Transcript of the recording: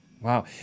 Wow